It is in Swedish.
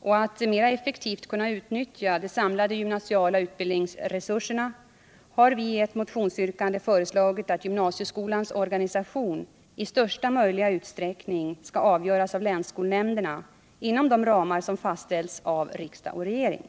och att mera effektivt kunna utnyttja de samlade gymnasiala utbildningsresurserna har vi i ett motionsyrkande föreslagit att gymnasieskolans organisation i största möjliga utsträckning skall avgöras av länsskolnämnderna inom de ramar som fastställts av riksdag och regering.